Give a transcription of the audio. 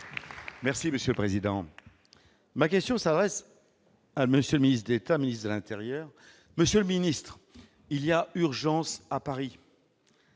Merci monsieur le président, ma question s'arrête à monsieur le ministre d'État, ministre de l'Intérieur, monsieur le Ministre, il y a urgence à Paris